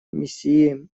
миссии